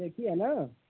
देखे हैं न